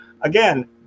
again